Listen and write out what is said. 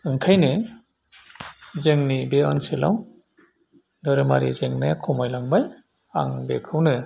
ओंखायनो जोंनि बे ओनसोलाव धोरोमारि जेंनाया खमायलांबाय आं बेखौनो